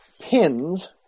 pins